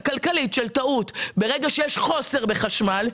הכלכלי של טעות של טעות ברגע שיש חוסר בחשמל,